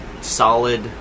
solid